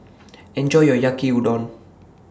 Enjoy your Yaki Udon